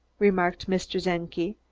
remarked mr. czenki,